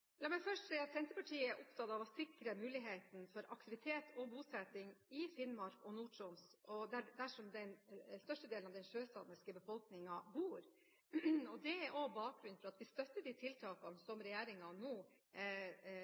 La meg først si at Senterpartiet er opptatt av å sikre mulighetene for aktivitet og bosetting i Finnmark og Nord-Troms, der størstedelen av den sjøsamiske befolkningen bor. Det er bakgrunnen for at vi støtter de tiltakene som regjeringen nå